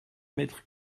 mètre